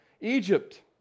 Egypt